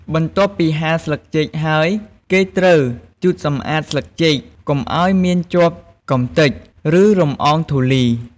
បន្ទាប់ពីហាលស្លឹកចេកហើយ គេត្រូវជូតសម្អាតស្លឹកចេកកុំឱ្យមានជាប់កំទេច ឬលម្អងធូលី។